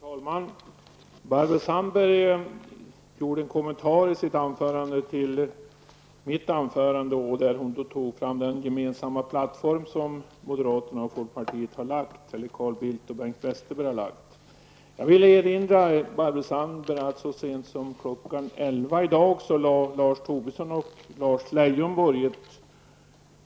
Herr talman! Barbro Sandberg gjorde en kommentar till mitt anförande. Hon tog fram den gemensamma plattform Carl Bildt och Bengt Westerberg har lagt fram. Jag vill erinra Barbro Tobisson och Lars Leijonborg fram ett